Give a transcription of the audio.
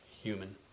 human